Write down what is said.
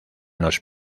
los